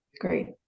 great